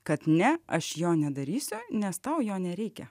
kad ne aš jo nedarysiu nes tau jo nereikia